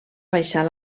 baixar